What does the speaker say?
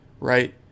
right